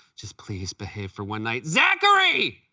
just please behave for one night. zachary!